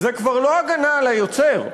זה כבר לא הגנה על היוצר,